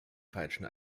falschen